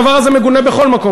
הדבר הזה מגונה בכל מקום.